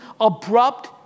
abrupt